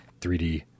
3D